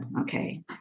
okay